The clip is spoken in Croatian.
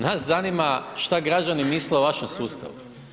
Nas zanima šta građani misle o vašem sustavu.